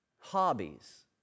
hobbies